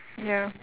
ya